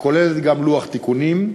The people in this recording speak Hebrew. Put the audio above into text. הכוללת גם לוח תיקונים,